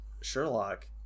sherlock